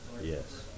yes